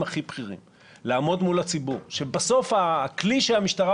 בעיקר מול הטענות שיש פה ענישה שהיא לא